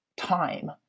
time